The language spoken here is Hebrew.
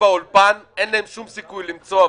מה זאת אומרת לא מציע?